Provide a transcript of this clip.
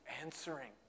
answering